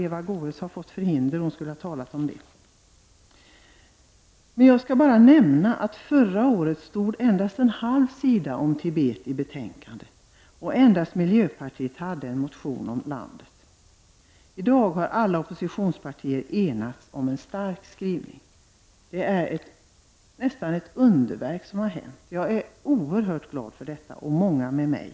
Eva Goäs har fått förhinder, men hon skulle annars ha talat om dessa länder. Jag vill nämna att det i förra årets betänkande om mänskliga rättigheter bara fanns en halv sida om Tibet, och endast miljöpartiet hade väckt en motion om landet. I dag har alla oppositionspartier enats om en stark skrivning. Det är nästan ett underverk som har hänt. Jag är oerhört glad över detta, och många med mig.